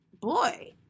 boy